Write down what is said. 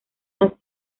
más